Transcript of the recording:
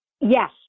Yes